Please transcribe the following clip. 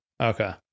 okay